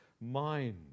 mind